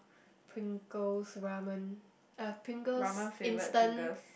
Pringles ramen uh Pringles instant